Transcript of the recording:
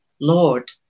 Lord